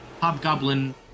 Hobgoblin